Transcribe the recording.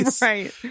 Right